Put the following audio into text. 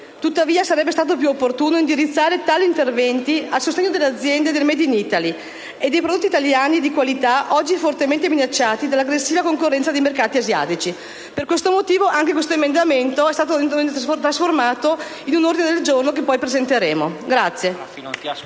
tuttavia, sarebbe stato più opportuno indirizzare tali interventi a sostegno delle aziende del *made in Italy* e dei prodotti italiani di qualità, oggi fortemente minacciati dall'aggressiva concorrenza dei mercati asiatici. Anche su questo tema avevamo presentato un emendamento che è stato trasformato in ordine del giorno che poi presenteremo.